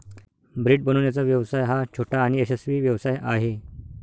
bread बनवण्याचा व्यवसाय हा छोटा आणि यशस्वी व्यवसाय आहे